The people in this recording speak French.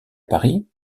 paris